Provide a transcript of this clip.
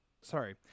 Sorry